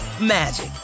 magic